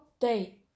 day